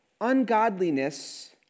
Ungodliness